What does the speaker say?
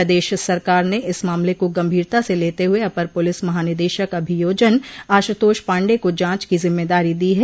प्रदेश सरकार ने इस मामले को गंभीरता से लेते हुए अपर पुलिस महानिदेशक अभियोजन आशुतोष पाण्डेय को जांच की जिम्मेदारी दी है